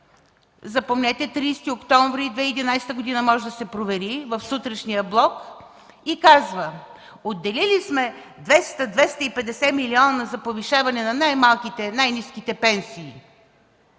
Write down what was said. запомнете, 30 октомври 2011 г., може да се провери – в сутрешния блок, и казва: „Отделили сме 200, 250 милиона за повишаване на най-малките, най-ниските пенсии.”